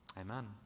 Amen